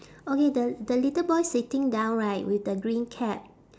okay the the little boy sitting down right with the green cap